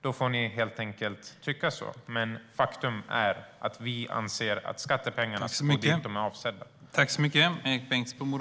Då får ni helt enkelt tycka så, men faktum är att vi anser att skattepengarna ska gå till det som de är avsedda för.